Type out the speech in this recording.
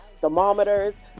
thermometers